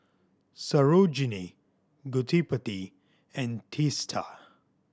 Sarojini Gottipati and Teesta